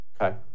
Okay